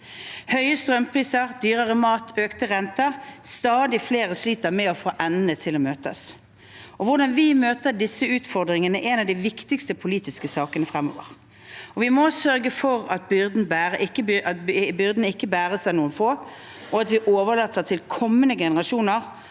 Høye strømpriser, dyrere mat, økte renter – stadig flere sliter med å få endene til å møtes. Hvordan vi møter disse utfordringene, er en av de viktigste politiske sakene fremover. Vi må sørge for at byrdene ikke bæres av noen få, og at vi overlater til kommende generasjoner